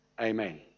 amen